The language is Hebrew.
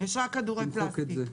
יש רק כדורי פלסטיק.